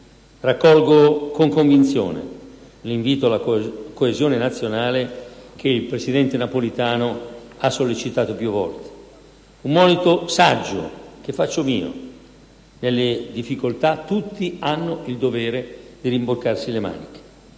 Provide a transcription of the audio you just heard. Raccolgo con convinzione l'invito alla coesione nazionale che il presidente Napolitano ha sollecitato più volte: è un monito saggio che faccio mio: nelle difficoltà tutti hanno il dovere di rimboccarsi le maniche.